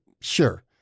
sure